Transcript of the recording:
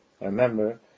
remember